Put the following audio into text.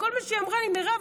כל מה שהיא אמרה לי: מירב,